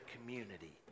community